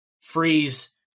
Freeze